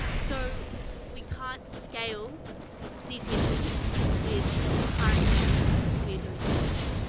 so we can't scale these missions with the current way that we're doing things.